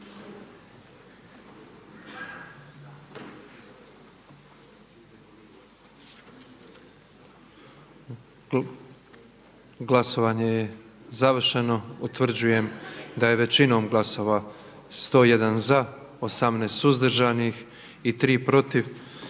Glasovanje je završeno. Utvrđujem da je većinom glasova 78 za, 6 suzdržanih i 32 protiv